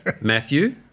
Matthew